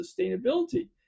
sustainability